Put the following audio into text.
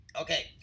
Okay